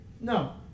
No